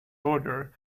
order